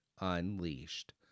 Unleashed